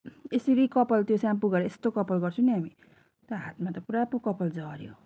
यसरी कपाल त्यो स्याम्पो गरेर यस्तो कपाल गर्छौ नि हामी हातमा त पुरा कपाल झऱ्यो